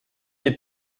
est